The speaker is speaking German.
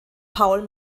paul